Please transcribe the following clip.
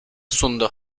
sundu